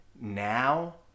now